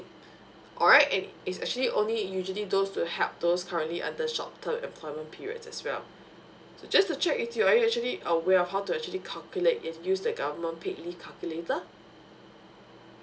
alright and it's actually only usually those to help those currently under short term employment periods as well so just to check with you are you actually aware of how to actually calculate and use the government paid leave calculator